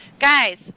Guys